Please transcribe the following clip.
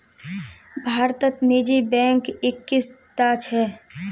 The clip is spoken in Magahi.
भारतत निजी बैंक इक्कीसटा छ